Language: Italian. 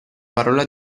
parola